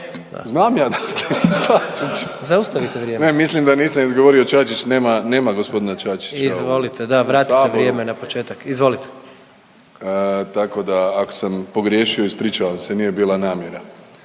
…/Upadica predsjednik: Zaustavite vrijeme./… Ne mislim da nisam izgovorio Čačić, nema gospodina Čačića ovdje. …/Upadica predsjednik: Izvolite, da vratite vrijeme na početak. Izvolite./… Tako da ako sam pogriješio ispričavam se, nije bila namjera.